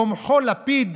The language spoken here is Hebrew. רומחו לפיד,